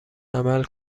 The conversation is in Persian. عمل